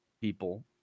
people